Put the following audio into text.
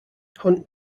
hunt